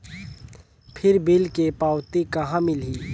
फिर बिल के पावती कहा मिलही?